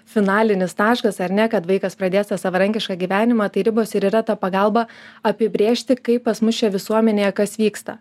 finalinis taškas ar ne kad vaikas pradės tą savarankišką gyvenimą tai ribos ir yra ta pagalba apibrėžti kaip pas mus čia visuomenėje kas vyksta